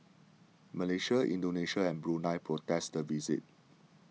Malaysia Indonesia and Brunei protested the visit